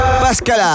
Pascal